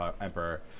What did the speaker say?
emperor